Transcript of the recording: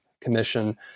Commission